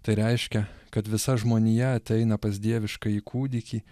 tai reiškia kad visa žmonija ateina pas dieviškąjį kūdikį